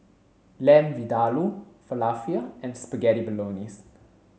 Lamb Vindaloo Falafel and Spaghetti Bolognese